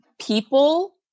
People